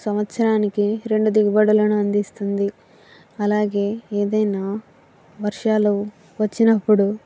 సంవత్సరానికి రెండు దిగుబడులను అందిస్తుంది అలాగే ఏదైనా వర్షాలు వచ్చినప్పుడు